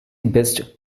best